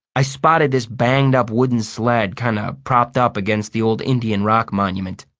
i spotted this banged-up wooden sled kind of propped up against the old indian rock monument.